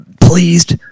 pleased